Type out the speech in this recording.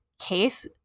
case